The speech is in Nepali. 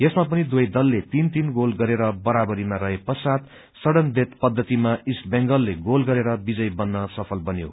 यसमा पनि दुवै दलले तीन तीन गोल गरेर बराबरीमा रहे पश्चात सडन डेथ पद्धतिमा इष्ट बंगालले गोल गरेर विजय बत्र सफल बन्यो